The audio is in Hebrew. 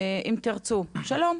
אם תרצו, שלום.